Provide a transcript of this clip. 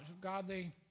godly